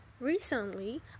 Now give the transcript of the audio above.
Recently